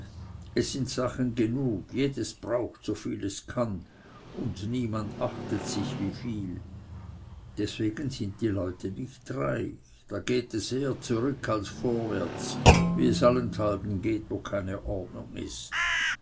es sind sachen genug jedes braucht so viel es kann und niemand achtet sich wieviel deswegen sind die leute nicht reich da geht es eher zurück als vorwärts wie es allenthalben geht wo keine ordnung ist